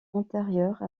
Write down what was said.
antérieure